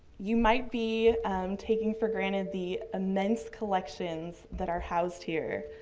you might be um taking for granted the immense collections that are housed here.